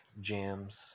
jams